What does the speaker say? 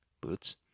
boots